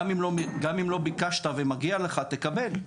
גם אם לא ביקשת ומגיע לך משהו אתה תקבל אותו.